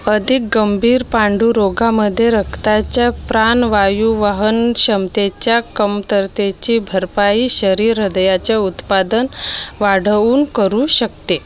अधिक गंभीर पांडुरोगामध्ये रक्ताच्या प्राणवायू वहनक्षमतेच्या कमतरतेची भरपाई शरीर हृदयाचे उत्पादन वाढवून करू शकते